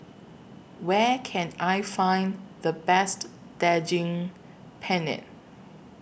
Where Can I Find The Best Daging Penyet